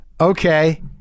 Okay